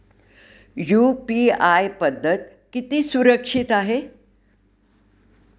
UPI पद्धत किती सुरक्षित आहे?